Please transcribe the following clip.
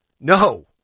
No